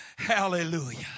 Hallelujah